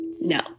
No